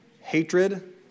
hatred